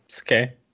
Okay